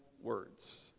words